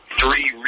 three